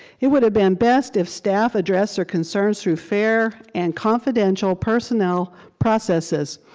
it would've been best if staff addressed their concerns through fair and confidential personnel processes.